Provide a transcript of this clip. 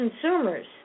Consumers